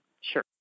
Sure